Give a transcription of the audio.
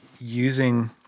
using